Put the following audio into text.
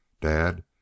Dad